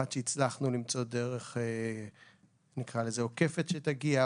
אחת שהצלחנו למצוא דרך עוקפת שתגיע,